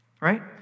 right